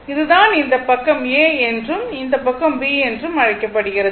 இது தான் இந்த பக்கம் A என்றும் இந்த பக்கம் B என்றும் அழைக்கப்படுகிறது